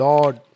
Lord